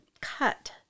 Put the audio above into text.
cut